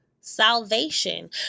salvation